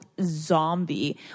zombie